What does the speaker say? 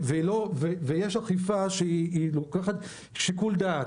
יש אכיפה שהיא לוקחת שיקול דעת,